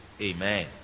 Amen